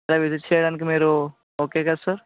అలా విజిట్ చేయడానికి మీరు ఓకే కదా సార్